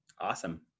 awesome